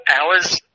hours